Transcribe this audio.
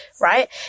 right